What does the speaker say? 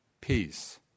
peace